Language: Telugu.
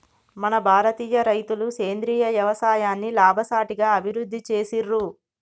మన భారతీయ రైతులు సేంద్రీయ యవసాయాన్ని లాభసాటిగా అభివృద్ధి చేసిర్రు